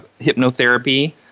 hypnotherapy